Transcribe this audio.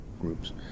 groups